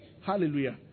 Hallelujah